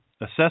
Assess